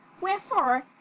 Wherefore